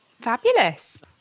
fabulous